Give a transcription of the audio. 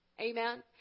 amen